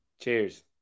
Cheers